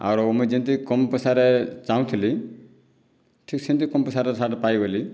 ଆରୁ ମୁଇଁ ଯେମତି କମ ପଇସାରେ ଚାହୁଁଥିଲି ଠିକ୍ ସେମତି କମ୍ ପଇସାରେ ସାର୍ଟ ପାଇଗଲି